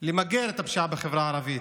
למגר את הפשיעה בחברה הערבית,